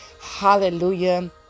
Hallelujah